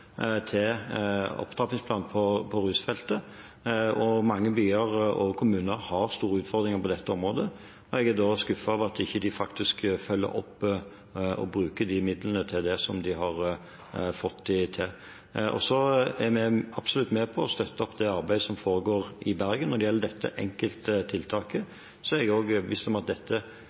til opptrappingsplan på rusfeltet. Mange byer og kommuner har store utfordringer på dette området, og jeg er skuffet over at de ikke følger opp og bruker disse midlene til det som de har fått dem til. Vi er absolutt med på å støtte opp om det arbeidet som foregår i Bergen. Når det gjelder dette enkelttiltaket, er jeg overbevist om at dette